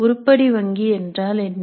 உருப்படி வங்கி என்றால் என்ன